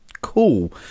Cool